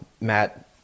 Matt